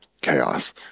chaos